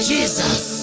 Jesus